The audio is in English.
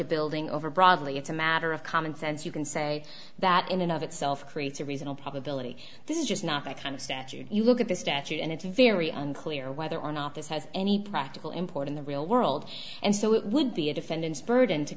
a building over broadly it's a matter of common sense you can say that in and of itself creates a reasonable probability this is just not the kind of statute you look at the statute and it's very unclear whether or not this has any practical import in the real world and so it would be a defendant's burden to